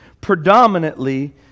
predominantly